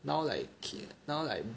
now like now like